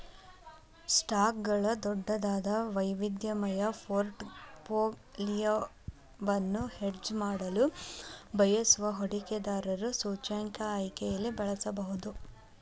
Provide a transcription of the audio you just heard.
ಸ್ಟಾಕ್ಗಳ ದೊಡ್ಡದಾದ, ವೈವಿಧ್ಯಮಯ ಪೋರ್ಟ್ಫೋಲಿಯೊವನ್ನು ಹೆಡ್ಜ್ ಮಾಡಲು ಬಯಸುವ ಹೂಡಿಕೆದಾರರು ಸೂಚ್ಯಂಕ ಆಯ್ಕೆಗಳನ್ನು ಬಳಸಬಹುದು